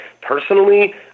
personally